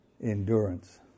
Endurance